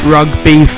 Rugby